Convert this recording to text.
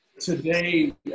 Today